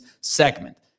segment